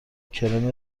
کرم